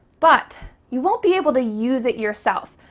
but you won't be able to use it yourself.